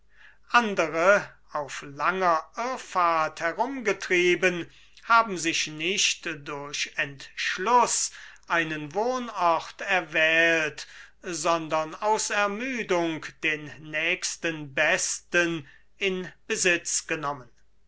andere auf langer irrfahrt herumgetrieben haben sich nicht durch entschluß einen wohnort erwählt sondern aus ermüdung den nächsten besten in besitz genommen